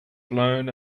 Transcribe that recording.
blown